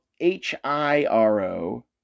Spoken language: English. H-I-R-O